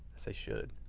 say should,